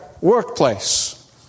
workplace